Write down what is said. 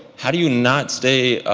how do you not stay,